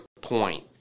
point